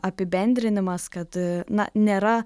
apibendrinimas kad na nėra